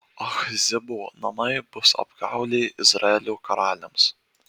achzibo namai bus apgaulė izraelio karaliams